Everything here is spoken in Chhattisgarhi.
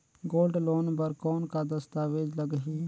गोल्ड लोन बर कौन का दस्तावेज लगही?